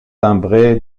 timbré